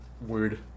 Weird